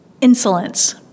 Insolence